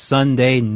Sunday